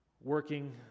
working